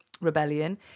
Rebellion